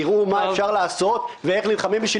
תראו מה אפשר לעשות ואיך נלחמים בשביל